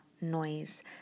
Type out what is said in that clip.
noise